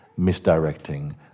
Misdirecting